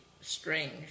strange